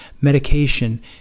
medication